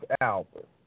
Albert